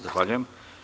Zahvaljujem.